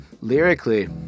lyrically